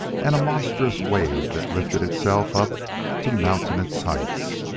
and a monstrous wave that lifted itself up to mountainous heights.